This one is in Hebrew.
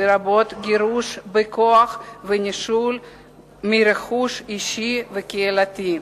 לרבות גירוש בכוח ונישול מרכוש אישי וקהילתי.